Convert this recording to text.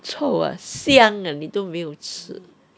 臭啊香 ah 你都没有吃